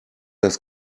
das